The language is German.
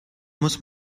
muss